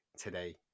today